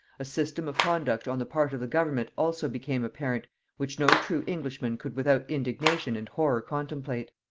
a system of conduct on the part of the government also became apparent which no true englishman could without indignation and horror contemplate.